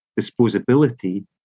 disposability